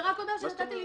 זה רק אומר שמצאתי לי